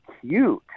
cute